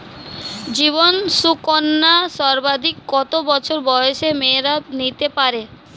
জীবন সুকন্যা সর্বাধিক কত বছর বয়সের মেয়েরা নিতে পারে?